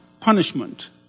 punishment